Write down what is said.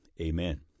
Amen